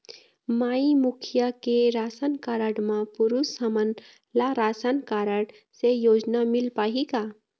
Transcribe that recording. माई मुखिया के ration card म पुरुष हमन ला राशन कारड से योजना मिल पाही का?